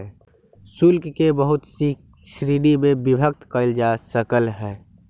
शुल्क के बहुत सी श्रीणिय में विभक्त कइल जा सकले है